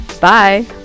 Bye